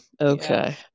okay